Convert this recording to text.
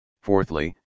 fourthly